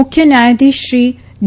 મુખ્ય ન્યાયાધીશશ્રી ડી